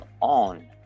on